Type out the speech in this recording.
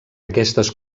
aquestes